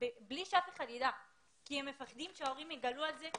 בלי שאף אחד ידע כי הוא פוחד שההורים יגלו את זה.